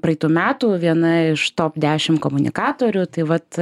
praeitų metų viena iš top dešimt komunikatorių tai vat